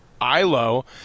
ILO